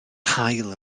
haul